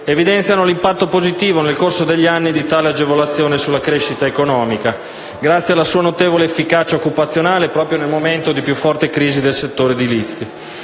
evidenziano l'impatto positivo nel corso degli anni di tale agevolazione sulla crescita economica grazie alla sua notevole efficacia occupazionale, proprio nel momento di più forte crisi del settore edilizio.